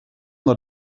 not